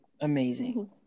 amazing